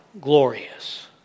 Glorious